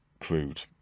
crude